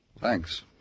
Thanks